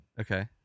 Okay